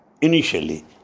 initially